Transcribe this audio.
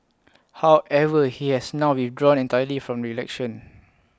however he has now withdrawn entirely from election